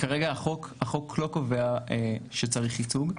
כרגע החוק לא קובע שצריך ייצוג.